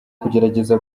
kugerageza